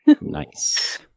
Nice